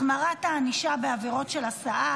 התשפ"ד 2024 החמרת הענישה בעבירות של הסעה,